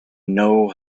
know